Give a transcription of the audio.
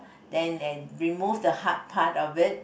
then they remove the hard part of it